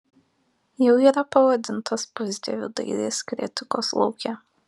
jau yra pavadintas pusdieviu dailės kritikos lauke